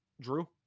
Drew